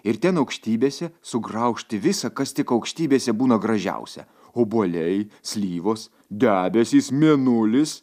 ir ten aukštybėse sugraužti visa kas tik aukštybėse būna gražiausia obuoliai slyvos debesys mėnulis